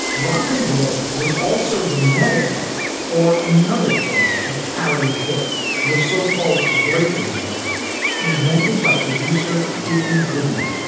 rock and roll was also the medha text for another form of parody hit the so-called break in record invented by producer dickie goodman.